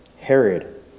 Herod